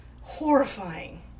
horrifying